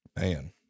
Man